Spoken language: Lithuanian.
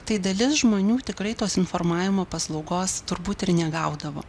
tai dalis žmonių tikrai tos informavimo paslaugos turbūt ir negaudavo